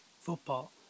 football